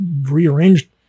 rearranged